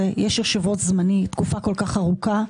יש יושב-ראש זמני תקופה כל כך ארוכה,